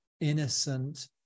innocent